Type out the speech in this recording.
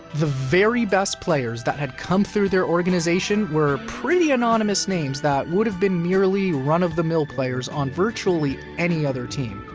the very best players that had come through their organization were pretty anonymous names that would've been merely run-of-the-mill players on virtually any other team.